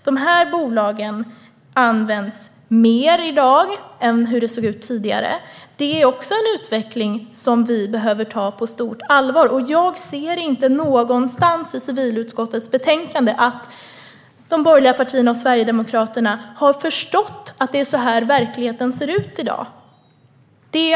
De här bolagen används mer i dag än tidigare. Det är också en utveckling som vi behöver ta på stort allvar. Jag ser inte någonstans i civilutskottets betänkande att de borgerliga partierna och Sverigedemokraterna har förstått att det är så här verkligheten ser ut i dag.